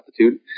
altitude